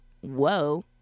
whoa